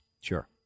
sure